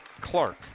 Clark